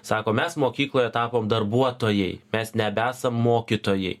sako mes mokykloje tapom darbuotojai mes nebesam mokytojai